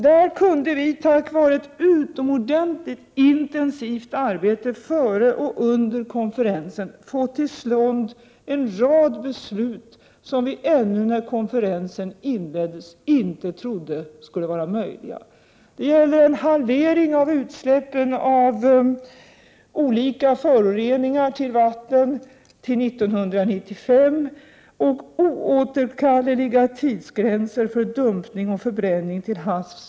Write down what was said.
Där kunde vi tack vare ett utomordentligt intensivt arbete före och under konferensen få till stånd en rad beslut som vi ännu när konferensen inleddes inte trodde skulle vara möjliga. Det gäller en halvering av utsläppen av olika föroreningar till vattnen fram till år 1995 samt oåterkalleliga tidsgränser för dumpning och förbränning till havs.